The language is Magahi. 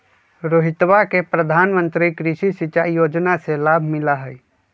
रोहितवा के प्रधानमंत्री कृषि सिंचाई योजना से लाभ मिला हई